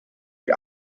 die